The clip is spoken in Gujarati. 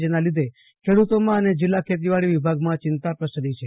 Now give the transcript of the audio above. જેના લીધે ખેડૂતોમાં અને જિલ્લા ખેતીવાડી વિભાગમાં ચિંતા પ્રસરતી છે